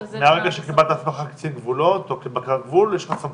מהרגע שקיבלת דוח קצין גבולות או בקרת גבול יש לך סמכות?